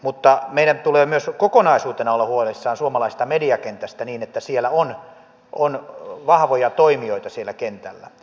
mutta meidän tulee myös kokonaisuutena olla huolissamme suomalaisesta mediakentästä niin että on vahvoja toimijoita siellä kentällä